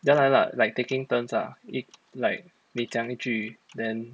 ya lah ya lah like taking turns ah like 你讲一句 then